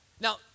Now